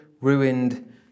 ruined